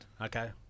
Okay